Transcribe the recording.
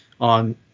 on